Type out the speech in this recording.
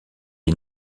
est